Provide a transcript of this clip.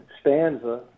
stanza